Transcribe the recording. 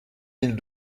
mille